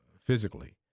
physically